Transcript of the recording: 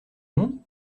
monde